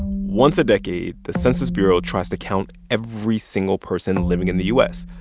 once a decade, the census bureau tries to count every single person living in the u s.